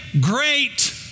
great